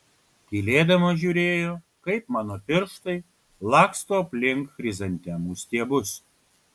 tylėdama žiūrėjo kaip mano pirštai laksto aplink chrizantemų stiebus